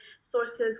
sources